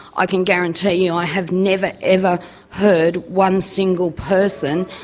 i can guarantee you i have never ever heard one single person,